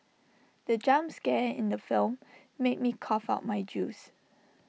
the jump scare in the film made me cough out my juice